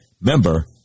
Member